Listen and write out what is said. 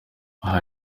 aha